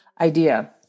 idea